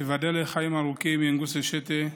ותיבדל לחיים ארוכים ינגוסה אשטיה,